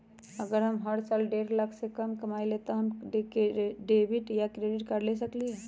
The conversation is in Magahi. अगर हम हर साल डेढ़ लाख से कम कमावईले त का हम डेबिट कार्ड या क्रेडिट कार्ड ले सकली ह?